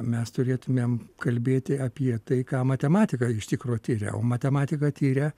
mes turėtumėm kalbėti apie tai ką matematika iš tikro tiria o matematika tiria